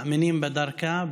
מאמינים בדרכה,